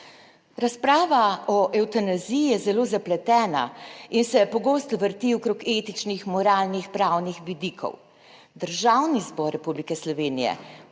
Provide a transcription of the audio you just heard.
Razprava o evtanaziji je zelo zapletena in se pogosto vrti okrog etičnih, moralnih, pravnih vidikov. Državni zbor Republike Slovenije